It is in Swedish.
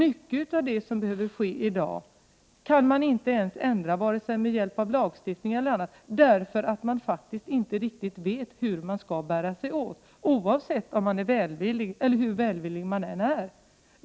Mycket av det som behöver göras i dag kan man inte ändra vare sig genom lagstiftning eller på annat sätt därför att man faktiskt inte riktigt vet på vilket sätt man skall bära sig åt, hur välvillig man än är.